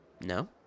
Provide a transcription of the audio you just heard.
No